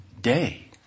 day